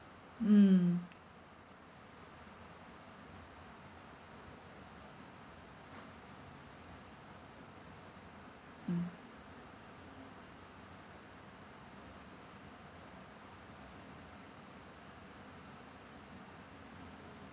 mm mm